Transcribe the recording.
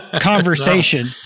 conversation